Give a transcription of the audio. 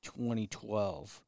2012